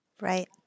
Right